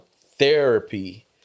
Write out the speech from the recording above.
therapy